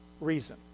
reason